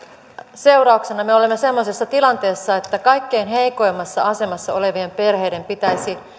seurauksena me olemme sellaisessa tilanteessa että kaikkein heikoimmassa asemassa olevien perheiden pitäisi